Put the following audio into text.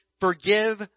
forgive